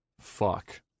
Fuck